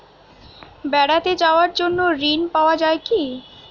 বেড়াতে যাওয়ার জন্য ঋণ পাওয়া যায় কি?